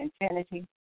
Infinity